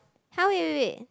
!huh! wait wait wait